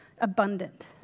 abundant